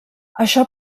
això